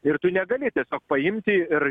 ir tu negali tiesiog paimti ir